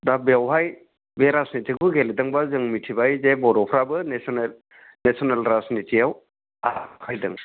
दा बेवहाय बे राजनितिखौ गेलेदोंबा जों मिथिबाय जे बर'फ्राबो नेसनेल राजनितियाव आखाइ होदों